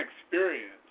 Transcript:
experience